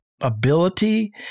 ability